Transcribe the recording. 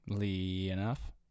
enough